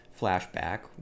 flashback